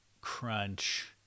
crunch